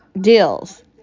deals